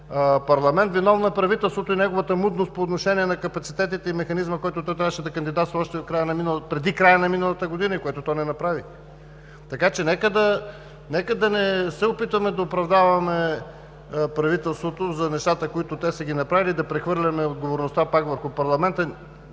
парламент, виновно е правителството и неговата мудност по отношение на капацитетите и механизма, с който то трябваше да кандидатства още преди края на миналата година и което то не направи. Така че нека да не се опитваме да оправдаваме правителството за нещата, които те не са ги направили, да прехвърляме отговорността пак върху парламента.